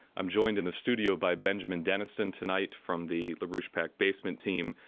i'm joined in the studio by benjamin deniston tonight, from the larouche pac basement team,